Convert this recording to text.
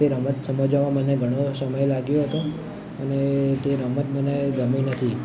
તે રમત સમજવામાં મને ઘણો સમય લાગ્યો હતો અને તે રમત મને ગમ્યું નથી